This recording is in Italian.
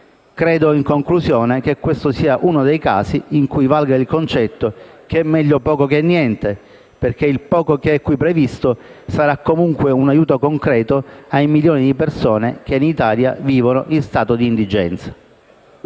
Credo, in conclusione, che questo sia uno dei casi in cui valga il concetto che è meglio poco che niente, perché il poco che è qui previsto sarà comunque un aiuto concreto ai milioni di persone che in Italia vivono in stato di indigenza.